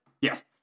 Yes